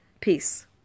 peace